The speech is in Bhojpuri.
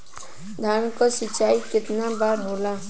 धान क सिंचाई कितना बार होला?